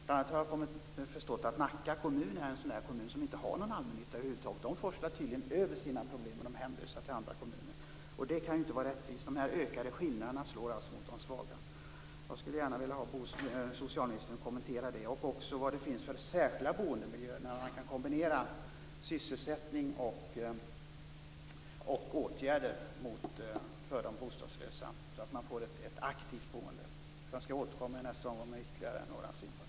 Bl.a. har jag förstått att Nacka kommun är en kommun som inte har någon allmännytta över huvud taget. De forslar tydligen över sina problem med de hemlösa till andra kommuner. Det kan inte vara rättvist. De ökade skillnaderna slår mot de svaga. Jag skulle gärna vilja att socialministern kommenterade det och också vad det finns för särskilda boendemiljöer där man kan kombinera sysselsättning och åtgärder för de bostadslösa så att man får ett aktivt boende. Jag återkommer i nästa omgång med ytterligare några synpunkter.